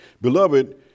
Beloved